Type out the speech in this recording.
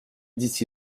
d’ici